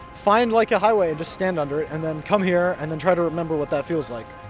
find like, a highway, just stand under it and then come here and then try to remember what that feels like.